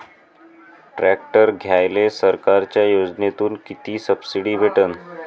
Tractor घ्यायले सरकारच्या योजनेतून किती सबसिडी भेटन?